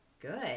good